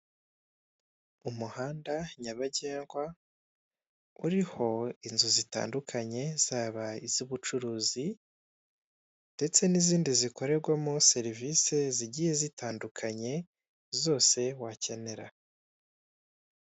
Umuhanda nyabagendwa uriho inzu zitandukanye zaba iz'ubucuruzi, ndetse n'izindi zikorerwamo serivise zigiye zitandukanye zose wakenera.